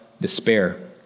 despair